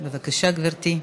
בבקשה, גברתי.